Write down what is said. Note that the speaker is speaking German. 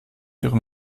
ihrem